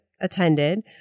attended